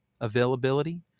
availability